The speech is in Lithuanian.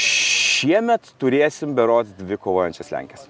šiemet turėsim berods dvi kovojančias lenkes